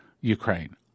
Ukraine